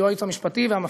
היועץ המשפטי והמפכ"ל,